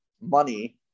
money